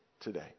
today